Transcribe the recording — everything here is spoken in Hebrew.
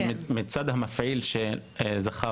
מצד המפעיל שזכה